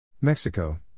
Mexico